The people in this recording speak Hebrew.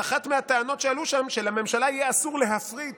אבל אחת הטענות שעלו שם היא שלממשלה יהיה אסור להפריט